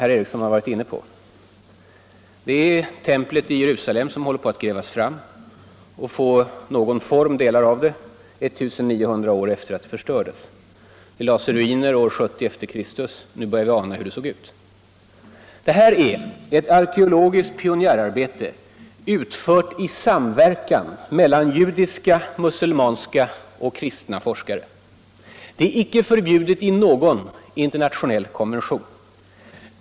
Det är templet i Jerusalem som håller på att grävas fram och få någon form — åtminstone delar av det — 1900 år efter det att det förstördes. Det lades i ruiner år 70 e. K. Nu börjar vi ana hur det såg ut. Detta är ett arkeologiskt pionjärarbete, utfört i samverkan mellan judiska, muselmanska och kristna forskare. Det är icke förbjudet i någon internationell konvention.